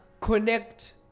connect